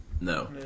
No